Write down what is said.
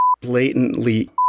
blatantly